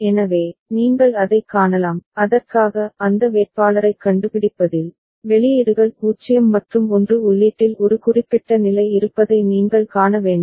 எனவே நீங்கள் அதைக் காணலாம் அதற்காக அந்த வேட்பாளரைக் கண்டுபிடிப்பதில் வெளியீடுகள் 0 மற்றும் 1 உள்ளீட்டில் ஒரு குறிப்பிட்ட நிலை இருப்பதை நீங்கள் காண வேண்டும்